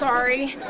sorry!